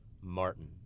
Martin